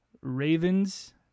ravens